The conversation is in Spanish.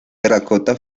terracota